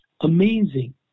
Amazing